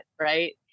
right